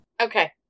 Okay